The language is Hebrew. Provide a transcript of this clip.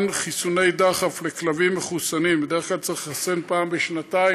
ומתן חיסוני דחף לכלבים מחוסנים: בדרך כלל צריך לחסן פעם בשנתיים,